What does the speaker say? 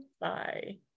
Bye